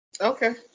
Okay